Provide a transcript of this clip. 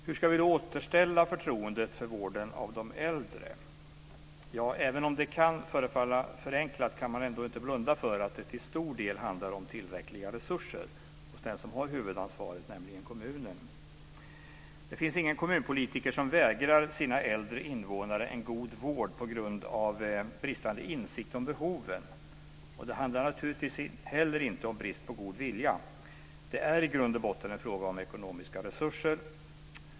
Hur ska vi då återställa förtroendet för vården av de äldre? Även om det kan förefalla förenklat kan man ändå inte blunda för att det till stor del handlar om tillräckliga resurser hos den som har huvudansvaret, nämligen kommunen. Det finns ingen kommunpolitiker som vägrar sina äldre invånare en god vård på grund av bristande insikt om behoven. Det handlar naturligtvis heller inte om brist på god vilja. Det är i grund och botten en fråga om ekonomiska resurser.